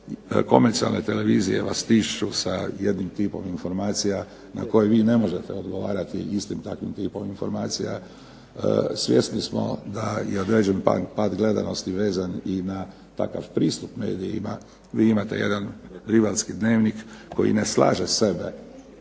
Komercijalne televizije vas stišću sa jednim tipom informacija na koje vi ne možete odgovarati istim takvim tipom informacija. Svjesni smo da je određen pad gledanosti vezan i na takav pristup medijima. Vi imate jedan rivalski Dnevnik koji ne slaže sebe